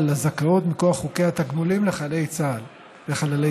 לזכאות מכוח חוקי התגמולים לחללי צה"ל.